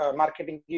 marketing